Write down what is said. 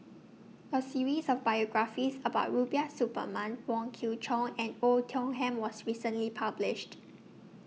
A series of biographies about Rubiah Suparman Wong Kwei Cheong and Oei Tiong Ham was recently published